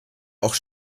auch